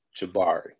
Jabari